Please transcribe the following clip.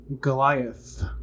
Goliath